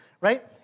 right